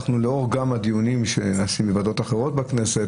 גם לאור הדיונים שעשינו בוועדות אחרות בכנסת,